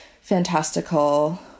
fantastical